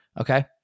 Okay